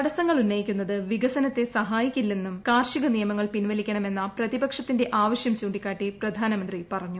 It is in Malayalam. തടസ്സങ്ങൾ ഉന്നയിക്കുന്നത് വികസനത്തെ സഹായിക്കില്ലെന്നും കാർഷിക നിയമങ്ങൾ പിൻവലിക്കണമെന്ന പ്രതിപക്ഷത്തിന്റെ ആവശ്യാ ചൂണ്ടിക്കാട്ടി പ്രധാനമന്ത്രി പറഞ്ഞു